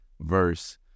verse